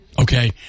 Okay